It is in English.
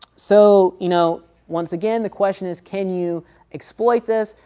so you know once again the question is, can you exploit this?